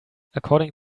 according